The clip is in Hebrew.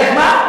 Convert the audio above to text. איך מה?